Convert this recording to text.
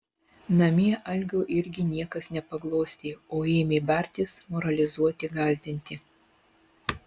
namie algio irgi niekas nepaglostė o ėmė bartis moralizuoti gąsdinti